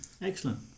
Excellent